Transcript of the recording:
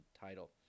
title